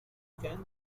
scan